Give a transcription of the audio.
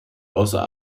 außer